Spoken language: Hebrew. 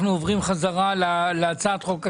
אנחנו עוברים להצעת חוק הכנסת.